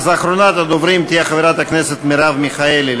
אז אחרונת הדוברים תהיה חברת הכנסת מרב מיכאלי,